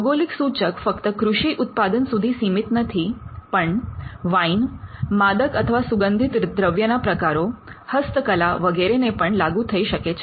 ભૌગોલિક સૂચક ફક્ત કૃષિ ઉત્પાદન સુધી સીમિત નથી પણ વાઈન માદક અથવા સુગંધિત દ્રવ્યના પ્રકારો હસ્તકલા વગેરે ને પણ લાગુ થઈ શકે છે